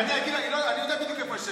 אני יודע בדיוק איפה היא יושבת,